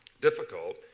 difficult